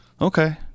okay